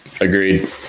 agreed